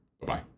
Bye-bye